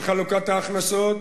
בחלוקת ההכנסות,